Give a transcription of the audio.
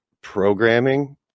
programming